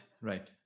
right